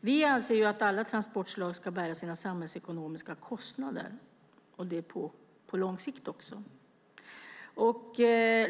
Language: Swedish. Vi anser att alla transportslag ska bära sina samhällsekonomiska kostnader även på lång sikt.